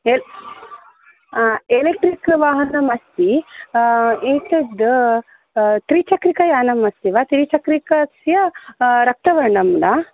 L electric वाहनमस्ति एतद् त्रिचक्रिकायानमस्ति वा त्रिचक्रिकस्य रक्तवर्णं वा